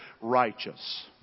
righteous